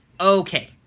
Okay